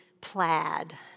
plaid